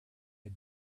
had